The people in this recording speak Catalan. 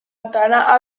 entrenar